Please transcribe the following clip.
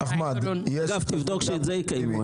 תבדוק שאת זה יקיימו.